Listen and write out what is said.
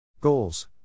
Goals